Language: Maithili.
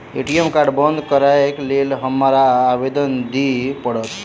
ए.टी.एम कार्ड बंद करैक लेल हमरा आवेदन दिय पड़त?